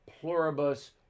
pluribus